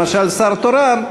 למשל שר תורן,